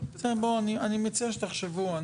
מציע שתחשבו.